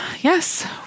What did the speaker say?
yes